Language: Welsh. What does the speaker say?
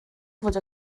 fod